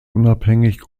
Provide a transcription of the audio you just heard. unabhängig